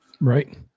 Right